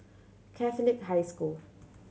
Catholic High School